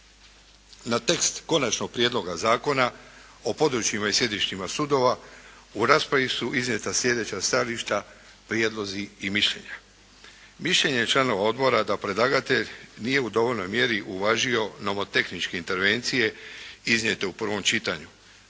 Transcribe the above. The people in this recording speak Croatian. Na tekst Konačnog prijedloga Zakona o područjima i sjedištima sudova u raspravi su iznijeta slijedeća stajališta, prijedlozi i mišljenja. Mišljenje je članova odbora da predlagatelj nije u dovoljnoj mjeri uvažio nomotehničke intervencije iznijete u prvom čitanju.